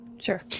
Sure